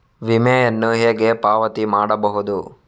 ವಿಮೆಯನ್ನು ಹೇಗೆ ಪಾವತಿ ಮಾಡಬಹುದು?